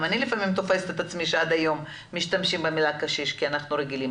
גם אני תופסת את עצמי משתמשת במילה "קשיש" מתוך הרגל.